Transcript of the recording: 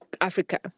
Africa